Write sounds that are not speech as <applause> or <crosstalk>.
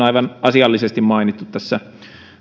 <unintelligible> aivan asiallisesti mainittu tässä